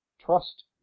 trust